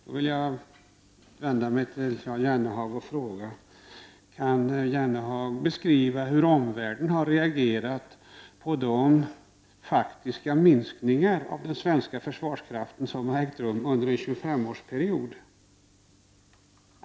Jag vill då vända mig till Jan Jennehag och fråga: Kan Jennehag beskriva hur omvärlden har reagerat på de faktiska minskningar av den svenska försvarskraften som har ägt rum under en 25 årsperiod?